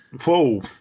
Whoa